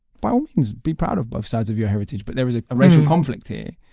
by all means be proud of both sides of your heritage but there is a racial conflict here.